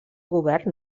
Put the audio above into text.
govern